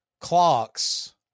clocks